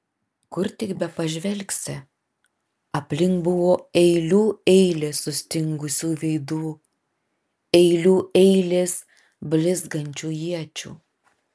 kur tik bepažvelgsi aplink buvo eilių eilės sustingusių veidų eilių eilės blizgančių iečių